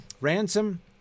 Ransom